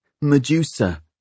Medusa